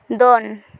ᱫᱚᱱ